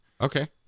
Okay